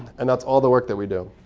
and that's all the work that we do.